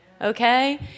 okay